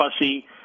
fussy